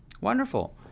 Wonderful